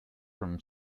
from